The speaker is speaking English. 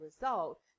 result